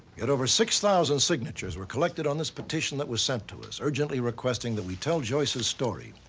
yet over six thousand signatures were collected on this petition that was sent to us, urgently requesting that we tell joyce's story.